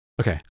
okay